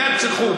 נרצחו,